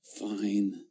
Fine